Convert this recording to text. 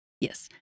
Yes